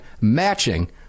matching